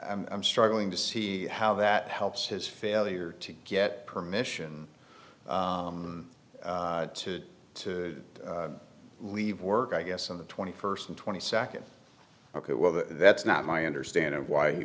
i'm struggling to see how that helps his failure to get permission to to leave work i guess on the twenty first and twenty second ok well that's not my understand of why he